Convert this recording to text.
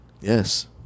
Yes